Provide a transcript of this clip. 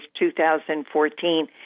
2014